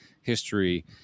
history